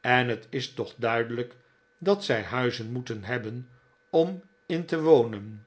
en het is toch duidelijk dat zij huizen moeten hebben om in te wonen